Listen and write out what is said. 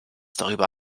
darüber